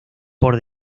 por